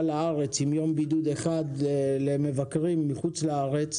לארץ עם יום בידוד אחד למבקרים מחוץ לארץ,